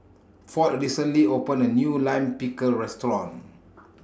Ford recently opened A New Lime Pickle Restaurant